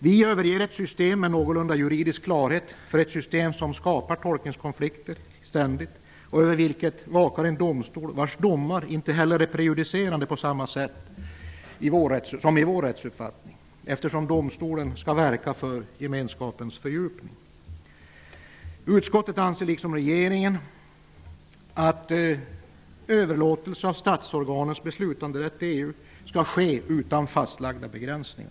Vi överger ett system med någorlunda juridisk klarhet för ett system som skapar ständiga tolkningskonflikter. Över det vakar en domstol vars domar inte är prejudicerande på samma sätt som i vår rättsuppfattning, eftersom domstolen skall verka för gemenskapens fördjupning. Utskottet anser liksom regeringen att en överlåtelse av statsorganens beslutanderätt till EU skall ske utan fastlagda begränsningar.